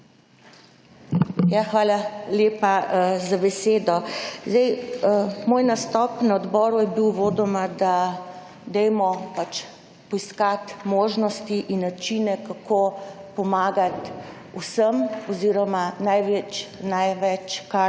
hvala lepa za besedo. Zdaj moj nastop na odboru je bil uvodoma, da dajmo pač poiskati možnosti in načine, kako pomagati vsem oziroma največ, kar